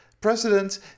President